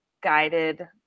guided